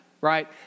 right